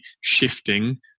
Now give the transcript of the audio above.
shifting